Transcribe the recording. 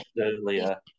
earlier